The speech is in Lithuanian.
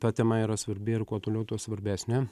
ta tema yra svarbi ir kuo toliau tuo svarbesnė